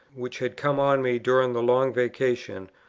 which had come on me during the long vacation,